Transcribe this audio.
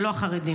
לא החרדים.